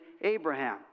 Abraham